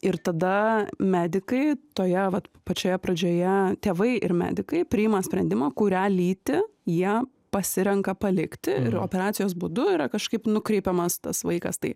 ir tada medikai toje vat pačioje pradžioje tėvai ir medikai priima sprendimą kurią lytį jie pasirenka palikti ir operacijos būdu yra kažkaip nukreipiamas tas vaikas tai